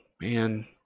Man